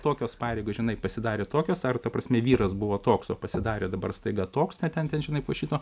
tokios pareigos žinai pasidarė tokios ar ta prasme vyras buvo toks pasidarė dabar staiga toks ten ten žinai po šito